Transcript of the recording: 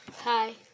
Hi